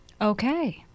okay